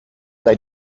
they